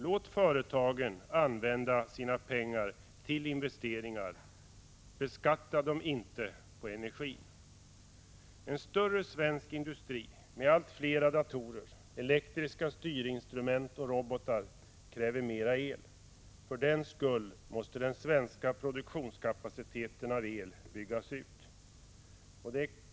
Låt företagen använda sina pengar till investeringar, beskatta dem inte på energi! En större svensk industri med allt flera datorer, elektriska styrinstrument och robotar kräver mer el. För den skull måste den svenska produktionskapaciteten vad gäller el byggas ut.